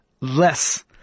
less